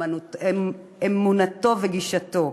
אמונתו וגישתו,